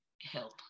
help